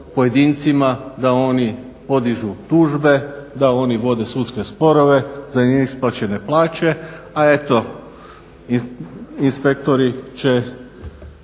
da oni podižu tužbe, da oni vode sudske sporove za neisplaćene plaće. A eto inspektori će